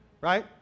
right